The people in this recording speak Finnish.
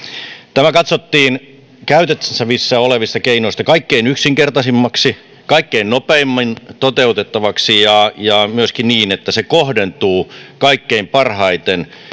tämä katsottiin käytettävissä olevista keinoista kaikkein yksinkertaisimmaksi kaikkein nopeimmin toteutettavaksi ja ja myöskin sellaiseksi että se kohdentuu kaikkein parhaiten